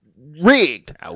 rigged